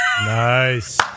Nice